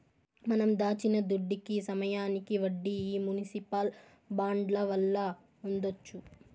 మనం దాచిన దుడ్డుకి సమయానికి వడ్డీ ఈ మునిసిపల్ బాండ్ల వల్ల పొందొచ్చు